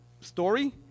story